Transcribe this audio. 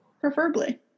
preferably